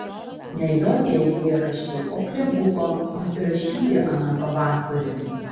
ne jo tie eilėraščiai o klevuko nusirašyti aną pavasarį